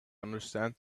understand